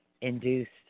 induced